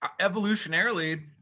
evolutionarily